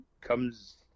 comes